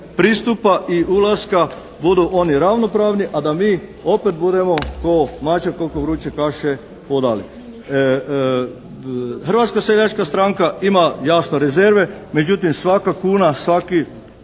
pristupa i ulaska budu oni ravnopravni, a da mi opet budemo kao mačak oko vruće kaše hodali. Hrvatska seljačka stranka ima jasno rezerve, međutim svaka kuna, svaki